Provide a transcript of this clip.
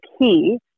key